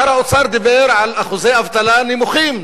שר האוצר דיבר על אחוזי אבטלה נמוכים,